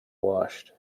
washed